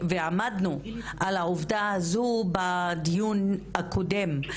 ועמדנו על העובדה הזו בדיון הקודם.